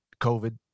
COVID